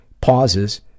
pauses